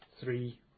three